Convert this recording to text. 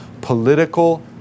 political